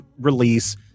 release